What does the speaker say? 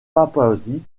papouasie